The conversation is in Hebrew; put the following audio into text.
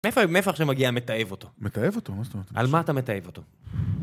מאיפה עכשו מגיע מתעב אותו? מתעב אותו, מה זאת אומרת? על מה אתה מתעב אותו?